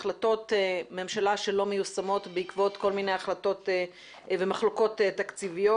החלטות ממשלה שלא מיושמות בעקבות כל מיני החלטות ומחלוקות תקציביות.